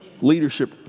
leadership